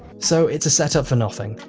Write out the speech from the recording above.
so, it's a setup for nothing.